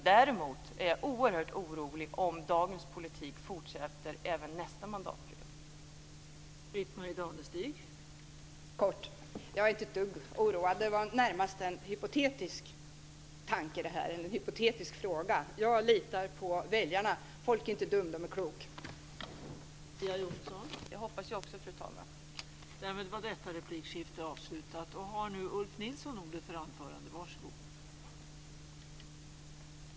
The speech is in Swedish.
Däremot är jag oerhört orolig om dagens politik fortsätter även nästa mandatperiod.